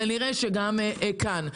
כנראה שגם כאן.